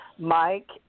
Mike